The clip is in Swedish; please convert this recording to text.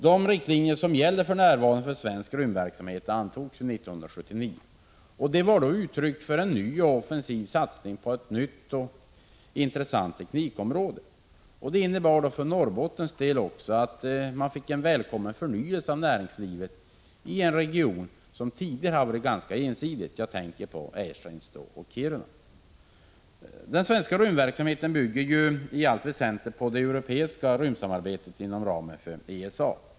Nuvarande riktlinjer för svensk rymdverksamhet antogs 1979 och var då uttryck för en offensiv satsning på ett nytt och intressant teknikområde. För Norrbottens del innebar det också en välkommen förnyelse av näringslivet i en region där det tidigare hade varit ganska ensidigt; jag tänker främst på Esrange i Kiruna. Svensk rymdverksamhet bygger i allt väsentligt på det europeiska rymdsamarbetet inom ramen för ESA.